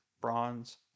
bronze